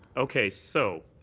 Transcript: okay. so